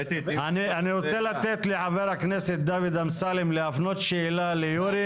אני רוצה לתת לחבר הכנסת דוד אמסלם להפנות שאלה ליורי.